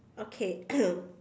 okay